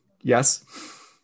Yes